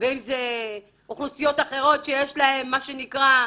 אם אלה אוכלוסיות אחרות שיש להם נגיעה